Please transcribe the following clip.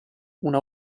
una